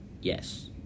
Yes